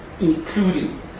including